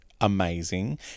amazing